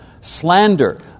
Slander